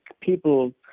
people